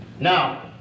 Now